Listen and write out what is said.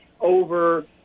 over